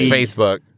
Facebook